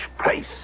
place